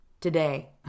today